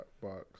box